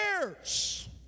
years